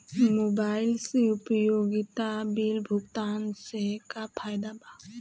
Mobile से उपयोगिता bill भुगतान से का फायदा बा?